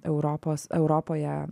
europos europoje